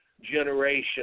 generation